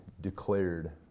declared